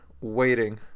waiting